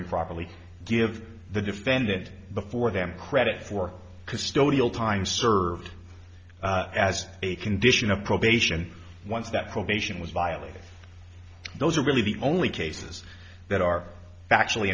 improperly give the defendant before them credit for custodial time served as a condition of probation once that probation was violated those are really the only cases that are actually